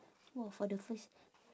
!wah! for the first